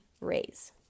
raise